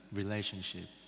relationship